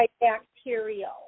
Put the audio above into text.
bacterial